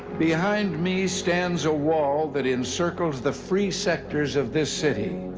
behind me stands a wall that encircles the free sectors of this city,